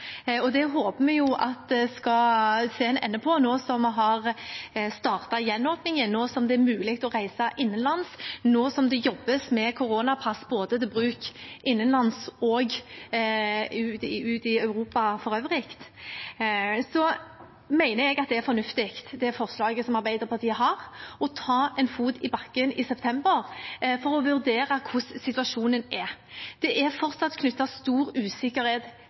Og det håper vi å se en ende på nå som vi har startet gjenåpningen – nå som det er mulig å reise innenlands, og nå som det jobbes med koronapass, både til bruk innenlands og ute i Europa for øvrig. Jeg mener at forslaget Arbeiderpartiet har om å ta en fot i bakken i september for å vurdere hvordan situasjonen er, er fornuftig. Det er fortsatt knyttet stor usikkerhet